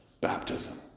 Baptism